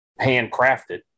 handcrafted